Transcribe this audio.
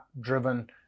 driven